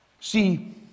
See